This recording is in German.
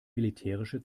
militärische